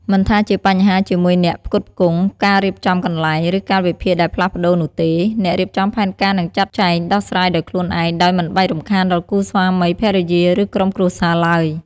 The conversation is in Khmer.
មិនថាជាបញ្ហាជាមួយអ្នកផ្គត់ផ្គង់ ការរៀបចំកន្លែង ឬកាលវិភាគដែលផ្លាស់ប្តូរនោះទេ អ្នករៀបចំផែនការនឹងចាត់ចែងដោះស្រាយដោយខ្លួនឯង ដោយមិនបាច់រំខានដល់គូស្វាមីភរិយា ឬក្រុមគ្រួសារឡើយ។